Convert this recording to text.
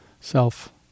self